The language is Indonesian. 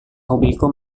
hobiku